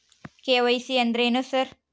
KYC ಅಂದ್ರೇನು sir?